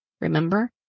Remember